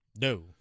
No